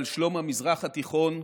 כישלון הממשלה בהתמודדות